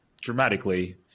dramatically